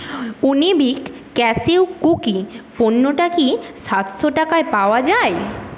উনিবিক cashew cookie পণ্যটা কি সাতশো টাকায় পাওয়া যায়